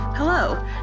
Hello